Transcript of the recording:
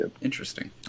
Interesting